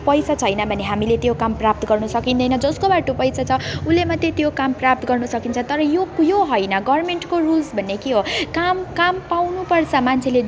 पैसा छैन भने हामीले त्यो काम प्राप्त गर्न सकिँदैन जसकोबाट पैसा छ उसले मात्रै त्यो काम प्राप्त गर्न सकिन्छ तर यो यो होइन गभर्मेन्टको रुल्स भनेको के हो काम काम पाउनुपर्छ मान्छेले